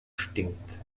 stinkt